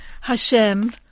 Hashem